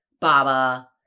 baba